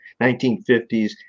1950s